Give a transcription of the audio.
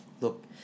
Look